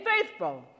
faithful